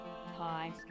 Hi